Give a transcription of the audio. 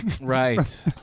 Right